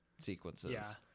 sequences